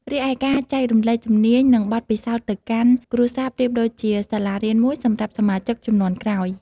រីឯ ការចែករំលែកជំនាញ និងបទពិសោធន៍ទៅកាន់ គ្រួសារប្រៀបដូចជាសាលារៀនមួយសម្រាប់សមាជិកជំនាន់ក្រោយ។